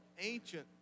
ancient